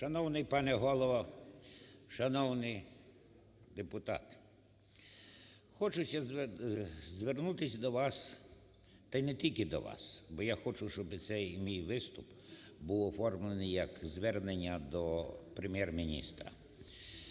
Шановний пане голово, шановні депутати. Хочеться звернутися до вас та і не тільки до вас, бо я хочу, щоб цей мій виступ був оформлений як звернення до Прем'єр-міністра.